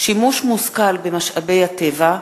שימוש מושכל במשאבי הטבע,